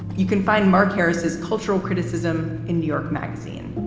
you can find mark harris's cultural criticism in new york magazine.